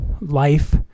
life